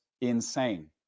insane